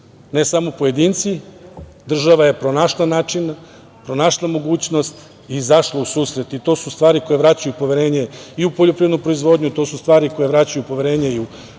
ne samo pojedinci, država je pronašla načina, pronašla mogućnost i izašla u susret. To su stvari koje vraćaju poverenje i u poljoprivrednu proizvodnju, to su stvari koje vraćaju poverenje u Vladu